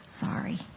Sorry